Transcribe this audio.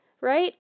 right